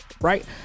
right